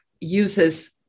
uses